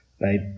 right